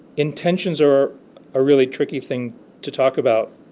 intentions are a really tricky thing to talk about